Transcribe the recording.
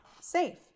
safe